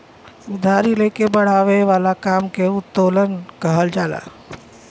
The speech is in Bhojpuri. उधारी ले के बड़ावे वाला काम के उत्तोलन कहल जाला